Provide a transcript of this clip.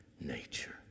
nature